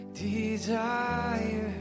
desire